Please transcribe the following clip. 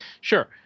Sure